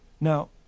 Now